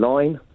Line